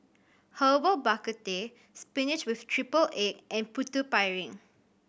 Herbal Bak Ku Teh spinach with triple egg and Putu Piring